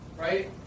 right